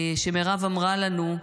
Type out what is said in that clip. שמירב אמרה לנו,